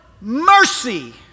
mercy